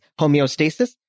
homeostasis